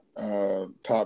Top